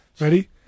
Ready